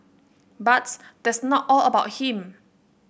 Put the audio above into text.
but that's not all about him